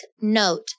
note